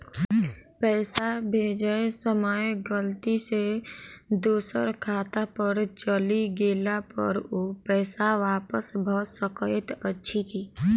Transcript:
पैसा भेजय समय गलती सँ दोसर खाता पर चलि गेला पर ओ पैसा वापस भऽ सकैत अछि की?